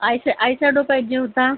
आयशॅ eyeshadow पाहिजे होता